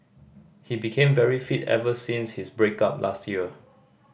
he became very fit ever since his break up last year